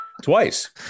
Twice